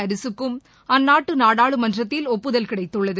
ஹாரிசுக்கும் அந்நாட்டு நாடாளுமன்றத்தில் ஒப்புதல் கிடைத்துள்ளது